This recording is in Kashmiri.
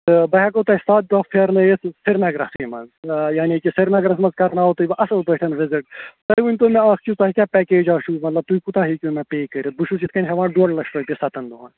تہٕ بہٕ ہٮ۪کٕوو تۅہہِ سَتھ دۄہ پِھرنٲوِتھ سری نگرسٕے منٛز یعنی کہِ سری نگرس منٛز کر ناوٕ بہٕ تُہۍ اَصٕل پٲٹھۍ وِزِٹ گۄڈٕ ؤنۍتو مےٚ تُہۍ اَکھ چیٖز تۅہہِ کیٛاہ پیٚکیجا چھُ مطلب تُہۍ کوٗتاہ ہیٚکِو مےٚ پیٚے کٔرِتھ بہٕ چھُس یِتھٕ کٔنۍ ہٮ۪وان ڈۅڈ لچھ رۅپیہِ سَتَن دۄہَن